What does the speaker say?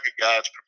Gods